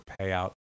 payout